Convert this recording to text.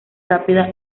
rápida